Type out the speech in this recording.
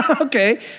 Okay